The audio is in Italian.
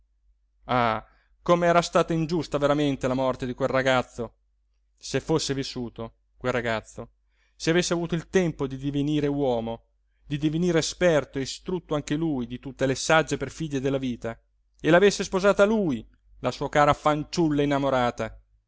amore ah com'era stata ingiusta veramente la morte di quel ragazzo se fosse vissuto quel ragazzo se avesse avuto il tempo di divenire uomo di divenire esperto e istrutto anche lui di tutte le sagge perfidie della vita e la avesse sposata lui la sua cara fanciulla innamorata